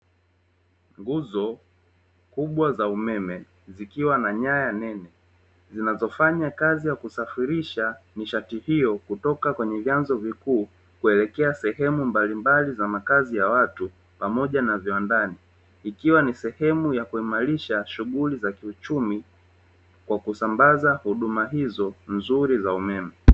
Nguzo kubwa za umeme zikiwa na nyaya nene, zinazofanya kazi ya kusafirisha nishati hiyo kutoka kwenye vyanzo vikuu, kuelekea sehemu mbalimbali za makazi ya watu pamoja na viwandani. Ikiwa ni sehemu ya kuimarisha shughuli za kiuchumi kwa kusambaza huduma hizo nzuri za umeme.